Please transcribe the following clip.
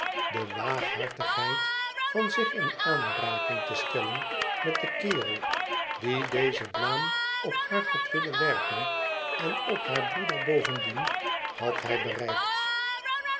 de laaghartigheid van zich in aanraking te stellen met den kerel die deze blaam op haar had willen werpen en op haar broeder bovendien had hij bereikt